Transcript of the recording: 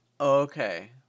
okay